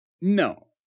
No